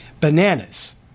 bananas